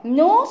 no